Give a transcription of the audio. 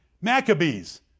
Maccabees